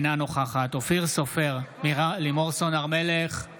בעד אופיר סופר, אינו נוכח אורית מלכה